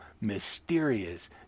mysterious